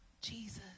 Jesus